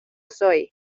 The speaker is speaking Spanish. soy